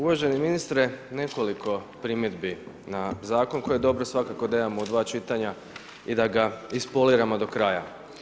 Uvaženi ministre, nekoliko primjedbi na zakon koji je dobro svakako da imamo u 2 čitanja i da ga ispoliramo do kraja.